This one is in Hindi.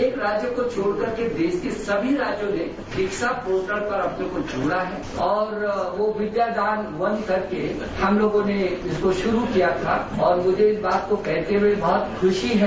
एक राज्य ने छोड़कर देश के सभी राज्यों ने दीक्षा पोर्टल पर अपने को जोड़ा है और वो विद्या दान वन करके हम लोगों ने इसको शुरू किया था और मुझे इस बात को कहते हुए खुशी है